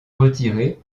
retirée